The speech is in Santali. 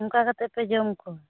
ᱚᱱᱠᱟ ᱠᱟᱛᱮᱫ ᱯᱮ ᱡᱚᱢ ᱠᱚᱣᱟ